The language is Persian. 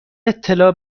اطلاع